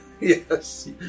Yes